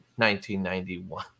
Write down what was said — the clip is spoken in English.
1991